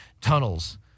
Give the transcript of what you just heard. tunnels